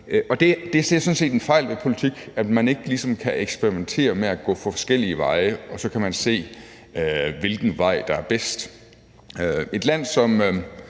det er sådan set en fejl ved politik, at man ikke ligesom kan eksperimentere med at gå forskellige veje, så man kan se, hvilken vej der er bedst. Et land som